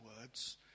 words